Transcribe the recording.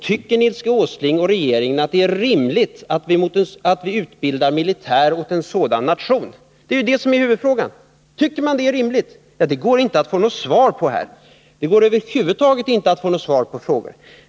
Tycker Nils Åsling och regeringen att det är rimligt att vi utbildar militär åt en sådan nation? Det är det som är huvudfrågan. Det går inte att få svar på det här. Det går över huvud taget inte att få svar på några frågor.